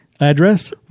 address